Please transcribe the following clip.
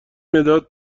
مداد